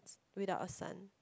without a son